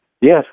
Yes